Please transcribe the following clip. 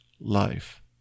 life